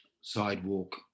sidewalk